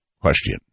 question